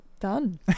Done